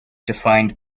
defined